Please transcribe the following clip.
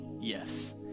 yes